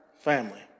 family